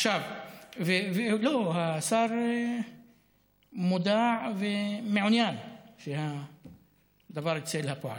השר מודע ומעוניין שהדבר יצא לפועל.